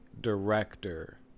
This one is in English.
director